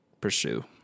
pursue